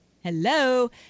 Hello